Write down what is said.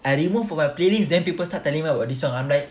I removed from my playlist then people start telling me about this song I'm like